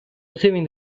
receiving